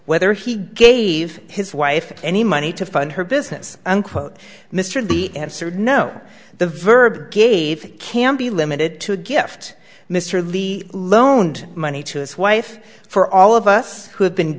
whether he gave his wife any money to fund her business unquote mr b answered no the verb gave can be limited to a gift mr levy loaned money to his wife for all of us who have been